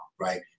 right